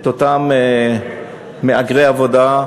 את אותם מהגרי עבודה,